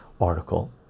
article